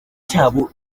cyabo